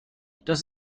das